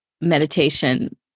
meditation